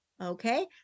Okay